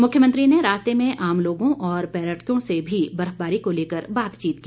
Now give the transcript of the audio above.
मुख्यमंत्री ने रास्तें में आम लोगों और पर्यटकों से भी बर्फबारी को लेकर बातचीत की